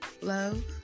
love